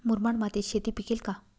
मुरमाड मातीत शेती पिकेल का?